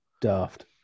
Daft